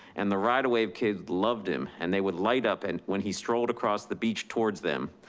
and the ride a wave kids loved him and they would light up and when he strolled across the beach towards them,